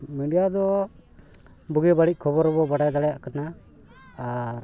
media ᱫᱚ ᱵᱩᱜᱤ ᱵᱟᱹᱲᱤᱡ ᱠᱷᱚᱵᱚᱨ ᱵᱚ ᱵᱟᱰᱟᱭ ᱫᱟᱲᱮᱭᱟᱜ ᱠᱟᱱᱟ ᱟᱨ